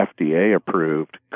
FDA-approved